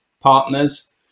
partners